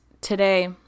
today